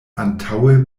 antaŭe